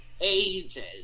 ages